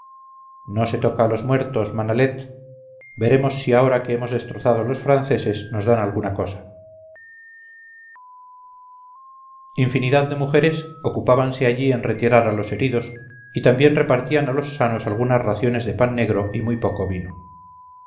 no se toca a los muertos manalet veremos si ahora que hemos destrozado a los franceses nos dan alguna cosa infinidad de mujeres ocupábanse allí en retirar a los heridos y también repartían a los sanos algunas raciones de pan negro y muy poco vino